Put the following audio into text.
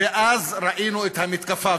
וראינו את המתקפה.